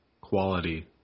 quality